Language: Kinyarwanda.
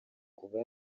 kuva